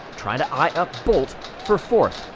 trying to eye up blt for fourth.